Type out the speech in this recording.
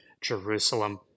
Jerusalem